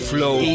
Flow